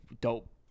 dope